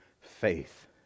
faith